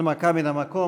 הנמקה מהמקום.